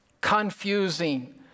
Confusing